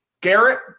Garrett